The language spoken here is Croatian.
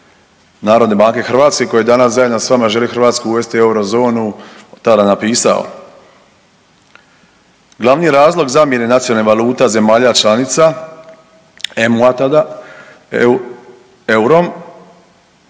narodne banke Hrvatske koji danas zajedno s vama želi Hrvatsku uvesti u eurozonu tada je napisao. Glavni razlog zamjene nacionalnih valuta zemalja članica EMU-a